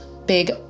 big